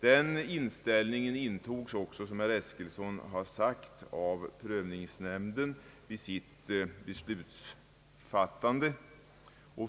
Den inställningen intog också, som herr Eskilsson har framhållit, prövningsnämnden i sitt beslut i vilket jag deltog.